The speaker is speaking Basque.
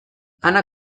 ana